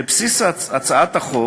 בבסיס הצעת החוק